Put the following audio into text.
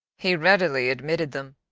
he readily admitted them,